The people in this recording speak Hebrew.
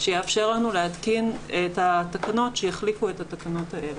שיאפשר לנו להתקין את התקנות שיחליפו את התקנות האלה.